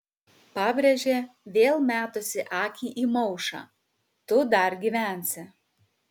pabrėžė vėl metusi akį į maušą tu dar gyvensi